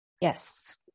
Yes